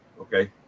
Okay